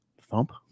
Thump